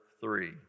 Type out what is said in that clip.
Three